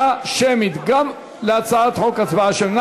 גם על הצעת החוק הזו הצבעה שמית.